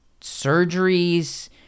surgeries